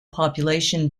population